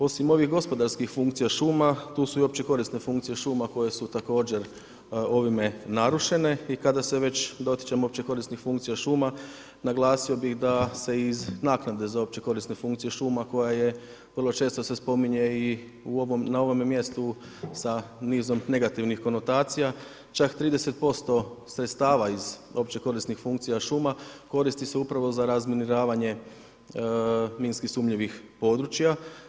Osim ovih gospodarskih funkcija šuma, tu su i opće korisne funkcije šuma koje su također ovime narušene i kada se već dotičemo opće korisnih funkcija šuma, naglasio bih da se iz naknade za opće korisne funkcije šuma koja je vrlo često se spominje i na ovome mjestu sa nizom negativnih konotacija, čak 30% sredstava iz opće korisnih funkcija šuma koristi se upravo za razminiranje minski sumnjivih područja.